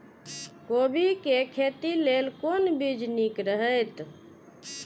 कोबी के खेती लेल कोन बीज निक रहैत?